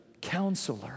counselor